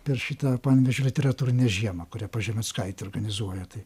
per šitą panevėžio literatūrinę žiemą kurią pažemeckaitė organizuoja tai